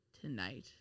tonight